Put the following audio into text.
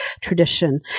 tradition